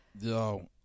Yo